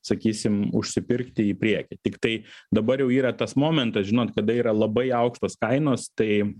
sakysim užsipirkti į priekį tiktai dabar jau yra tas momentas žinot kada yra labai aukštos kainos tai